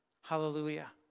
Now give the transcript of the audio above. Hallelujah